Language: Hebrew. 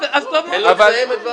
אז טוב מאוד --- תן לו לסיים את דבריו.